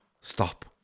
Stop